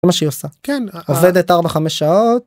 זה מה שהיא עושה - כן - עובדת ארבע חמש שעות...